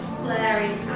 flaring